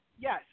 Yes